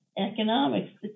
economics